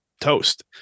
toast